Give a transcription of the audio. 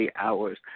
hours